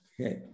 Okay